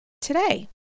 Today